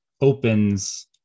opens